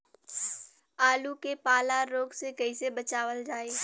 आलू के पाला रोग से कईसे बचावल जाई?